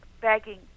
begging